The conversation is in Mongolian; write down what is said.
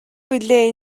билээ